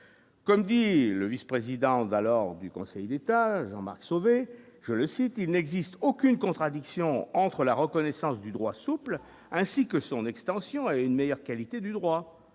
comme dit le vice-président d'alors du Conseil d'État, Jean-Marc Sauvé, je le cite : il n'existe aucune contradiction entre la reconnaissance du droit souple, ainsi que son extension et une meilleure qualité du droit